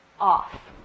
off